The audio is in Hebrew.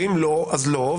ואם לא אז לא.